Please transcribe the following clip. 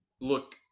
look